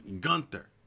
Gunther